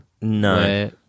No